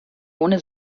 ohne